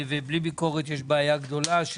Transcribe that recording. בלי ביקורת יש בעיה גדולה.